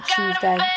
Tuesday